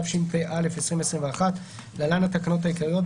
התשפ"א-2021 (להלן התקנות העיקריות),